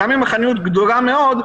גם אם החנות גדולה מאוד,